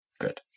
good